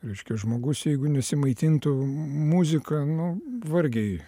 reiškia žmogus jeigu nesimaitintų muzika nu vargiai